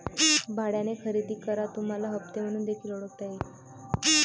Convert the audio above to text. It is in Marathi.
भाड्याने खरेदी करा तुम्हाला हप्ते म्हणून देखील ओळखता येईल